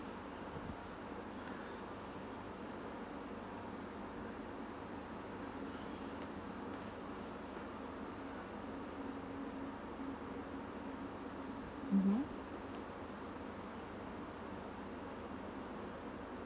mmhmm